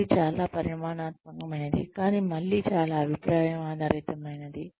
ఇది చాలా పరిమాణాత్మకమైనది కానీ మళ్ళీ చాలా అభిప్రాయం ఆధారితమైనది